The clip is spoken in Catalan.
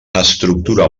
estructura